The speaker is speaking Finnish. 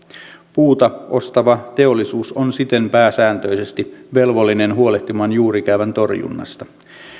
puuta ostava teollisuus on siten pääsääntöisesti velvollinen huolehtimaan juurikäävän torjunnasta